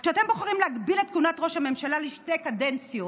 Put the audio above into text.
אז כשאתם בוחרים להגביל את כהונת ראש הממשלה לשתי קדנציות,